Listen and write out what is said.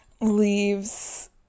leaves